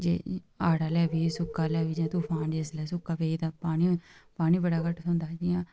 जे हाड़ आह्ला बी फ्ही सुक्का आह्ला बी जां तुफान जिसलै सुक्का पेई जा तां पानी पानी बड़ा घट्ट थ्होंदा असें ई जि'यां